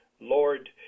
Lord